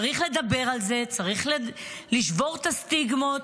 צריך לטפל בזה, צריך לשבור את הסטיגמות.